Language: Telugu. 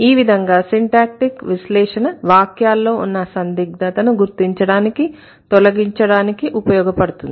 ఈ విధంగా సిన్టాక్టీక్ విశ్లేషణ వాక్యాల్లో ఉన్న సందిగ్ధతను గుర్తించడానికి తొలగించడానికి ఉపయోగపడుతుంది